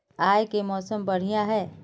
आय के मौसम बढ़िया है?